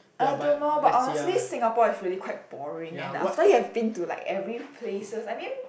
I don't know but honestly Singapore is really quite boring and after you have been to like every places I mean